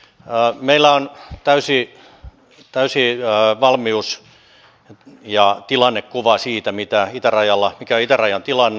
meillä on täysi valmius ja tilannekuva siitä mikä on itärajan tilanne